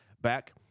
back